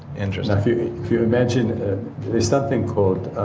interesting if you you imagine there's something called